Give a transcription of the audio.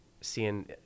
seeing